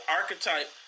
archetype